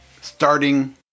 starting